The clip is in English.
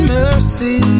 mercy